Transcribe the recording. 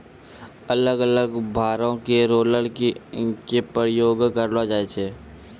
अलग अलग भारो के रोलर के प्रयोग करलो जाय छै